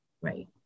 Right